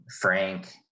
Frank